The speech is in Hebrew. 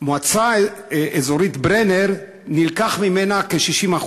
המועצה האזורית ברנר, נלקחו ממנה כ-60%.